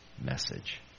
message